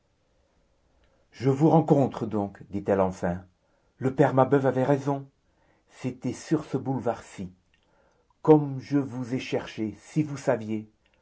je vous rencontre donc dit-elle enfin le père mabeuf avait raison c'était sur ce boulevard ci comme je vous ai cherché si vous saviez